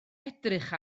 edrych